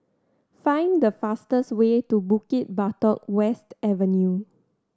find the fastest way to Bukit Batok West Avenue